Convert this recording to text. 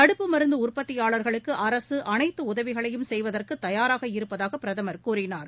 தடுப்பு மருந்துஉற்பத்தியாளர்களுக்குஅரசுஅனைத்துஉதவிகளையும் செய்வதற்குதயாராக இருப்பதாகபிரதமர் கூறினார்